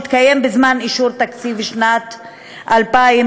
שהתקיים בזמן אישור תקציב שנת 2016,